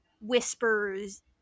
whispers